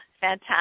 fantastic